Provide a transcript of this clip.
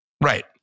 Right